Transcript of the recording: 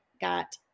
got